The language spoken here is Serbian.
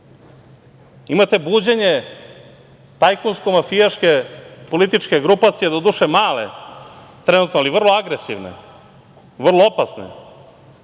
imate buđenje tajkunsko mafijaške političke grupacije, doduše male trenutno, ali vrlo agresivne, vrlo opasne